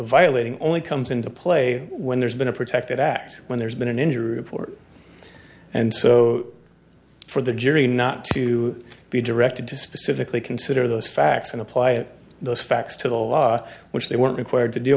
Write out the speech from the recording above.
violating only comes into play when there's been a protected act when there's been an injury report and so for the jury not to be directed to specifically consider those facts and apply those facts to the law which they weren't required to do